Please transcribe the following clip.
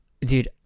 dude